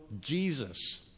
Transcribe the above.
Jesus